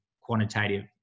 quantitative